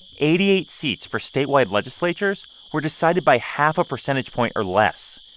eighty eight seats for statewide legislatures were decided by half a percentage point or less,